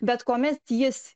bet kuomet jis